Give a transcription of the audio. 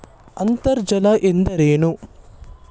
ಅಂತರ್ಜಲ ಎಂದರೇನು?